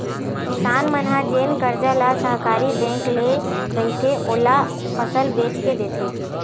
किसान मन ह जेन करजा ल सहकारी बेंक ले रहिथे, ओला फसल बेच के देथे